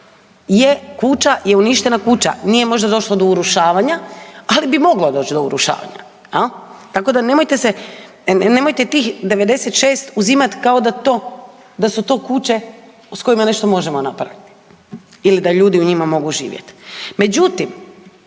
je kuća, je uništena kuća. Nije možda došlo do urušavanja, ali bi moglo doći do urušavanja. Tako da, nemojte se, nemojte tih 96 uzimati kao da to, da su to kuće s kojima nešto možemo napraviti ili da ljudi u njima mogu živjeti. Međutim,